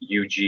UG